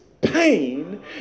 pain